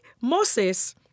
Moses